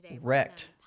Wrecked